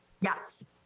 Yes